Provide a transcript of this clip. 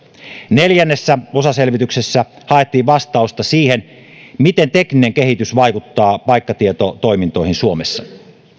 neljännessä osaselvityksessä haettiin vastausta siihen miten tekninen kehitys vaikuttaa paikkatietotoimintoihin suomessa